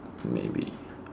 maybe